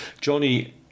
Johnny